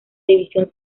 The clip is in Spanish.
división